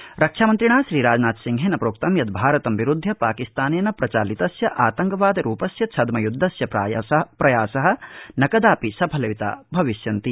रक्षामन्त्री राजनाथसिंह रक्षामन्त्रिणा श्रीराजनाथसिंहेन प्रोक्तं यत् भारतं विरूध्य पाकिस्तानेन प्रचालितस्य आतंकवादरूपस्य छद्ययुद्धस्य प्रयासा न कदापि सफलिता भविष्यन्ति